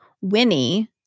Winnie